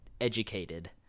educated